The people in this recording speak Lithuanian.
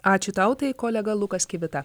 ačiū tau tai kolega lukas kivita